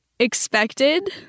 expected